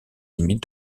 limite